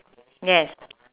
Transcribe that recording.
yes